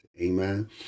Amen